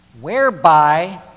Whereby